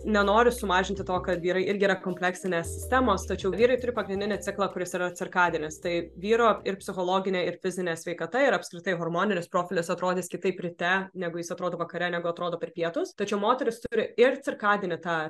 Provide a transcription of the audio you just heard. nenoriu sumažinti to kad vyrai irgi yra kompleksinės sistemos tačiau vyrai turi pagrindinį ciklą kuris yra cirkadinis tai vyro ir psichologinė ir fizinė sveikata ir apskritai hormoninis profilis atrodys kitaip ryte negu jis atrodo vakare negu atrodo per pietus tačiau moteris turi ir cirkadinį tą